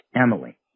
Emily